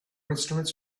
instruments